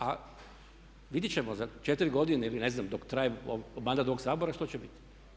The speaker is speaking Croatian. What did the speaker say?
A vidjeti ćemo za 4 godine ili ne znam dok traje mandat ovog Sabora što će biti.